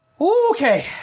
okay